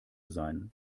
sein